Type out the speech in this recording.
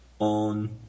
on